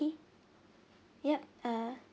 yup err